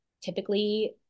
typically